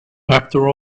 after